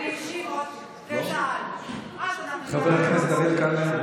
חבר הכנסת אריאל קלנר,